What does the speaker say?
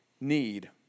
need